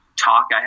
talk